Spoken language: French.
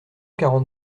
quarante